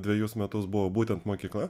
dvejus metus buvo būtent mokykla